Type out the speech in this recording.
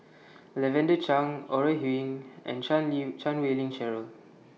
Lavender Chang Ore Huiying and Chan Chan Wei Ling Cheryl